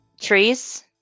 Trees